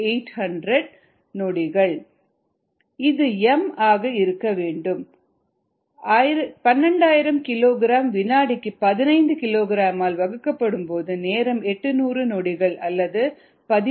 3 நிமிடங்கள் இது m ஆக இருக்க வேண்டும் 12000 கிலோ கிராம் வினாடிக்கு 15 கிலோகிராம் ஆல் வகுக்கப்படும் போது நேரம் 800 நொடிகள் அல்லது 13